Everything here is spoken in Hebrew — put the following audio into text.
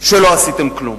שלא עשיתם כלום.